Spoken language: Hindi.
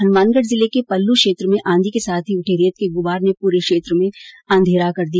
हनुमानगढ़ जिले के पल्लू क्षेत्र में आंधी के साथ ही उठे रेत के गुबार ने पूरे क्षेत्र में अंधेरा कर दिया